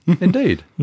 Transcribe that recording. Indeed